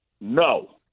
No